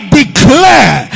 declare